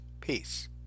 Peace